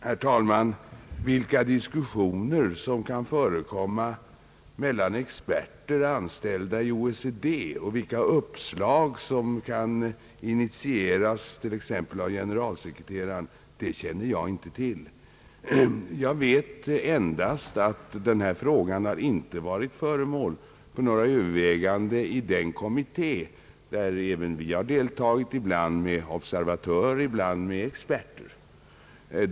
Herr talman! Vilka diskussioner som kan förekomma mellan experter, an ställda i OECD, och vilka uppslag som kan initieras t.ex. av generalsekreteraren känner jag inte till. Jag vet endast att den här frågan inte varit föremål för några överväganden i den kommitté där även vi har deltagit, ibland med observatörer, ibland med experter.